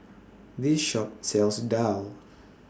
This Shop sells Daal